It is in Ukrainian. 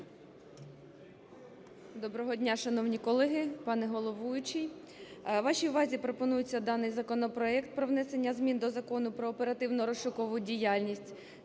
Доброго дня, шановні колеги, пане головуючий, вашій увазі пропонується даний законопроект про внесення змін до Закону "Про оперативно-розшукову діяльність".